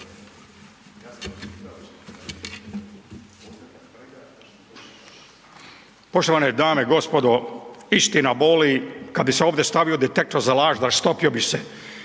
Poštovane dame i gospodo. Istina boli. Kada bi se ovdje stavio detektor za laži rastopio bi se.